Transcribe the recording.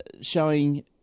showing